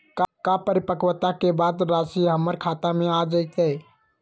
का परिपक्वता के बाद राशि हमर खाता में आ जतई?